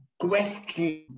question